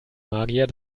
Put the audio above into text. magier